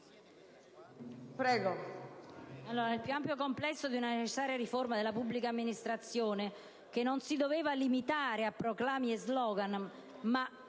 nel più ampio complesso di una necessaria riforma della pubblica amministrazione, che non doveva comunque limitarsi a proclami e *slogan* (ma